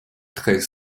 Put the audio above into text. traits